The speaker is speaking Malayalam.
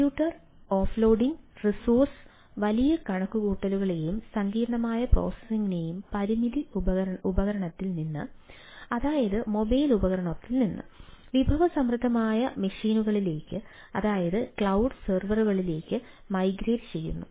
കമ്പ്യൂട്ടർ ഓഫ്ലോഡിംഗ് റിസോഴ്സ് വലിയ കണക്കുകൂട്ടലുകളെയും സങ്കീർണ്ണമായ പ്രോസസ്സിംഗിനെയും പരിമിത ഉപകരണത്തിൽ നിന്ന് അതായത് മൊബൈൽ ഉപകരണത്തിൽ നിന്ന് വിഭവസമൃദ്ധമായ മെഷീനുകളിലേക്ക് അതായത് ക്ളൌഡ് സെർവറുകളിലേക്ക് മൈഗ്രേറ്റ് ചെയ്യുന്നു